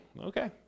Okay